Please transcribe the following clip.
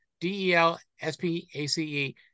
D-E-L-S-P-A-C-E